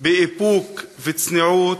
באיפוק וצניעות,